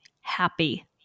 happy